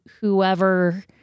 whoever